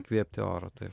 įkvėpti oro taip